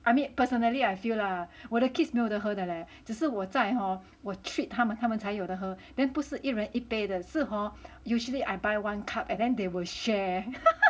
I mean personally I feel lah 我的 kids 没有的喝的嘞只是我在 hor 我 treat 他们他们才有喝 then 不是一人一杯的是 hor usually I buy one cup and then they will share